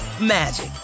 magic